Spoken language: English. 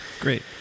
Great